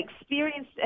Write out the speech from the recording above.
experienced